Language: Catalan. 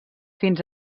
fins